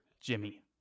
Jimmy